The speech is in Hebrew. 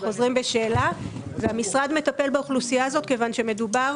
לחוזרים בשאלה והמשרד מטפל באוכלוסייה הזאת כיוון שמדובר